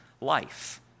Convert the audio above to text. life